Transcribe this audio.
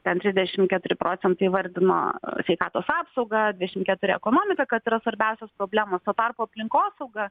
ten trisdešim keturi procentai įvardino sveikatos apsaugą dvidešim keturi ekonomika kad yra svarbiausios problemostuo tarpu aplinkosauga